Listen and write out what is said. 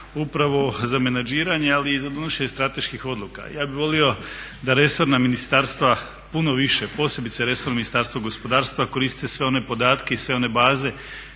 upravo za menadžiranje, ali i za donošenje strateških odluka. Ja bih volio da resorna ministarstva puno više, posebice resorno Ministarstvo gospodarstva koriste sve one podatke i sve one baze